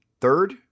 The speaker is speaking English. third